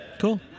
Cool